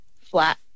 flat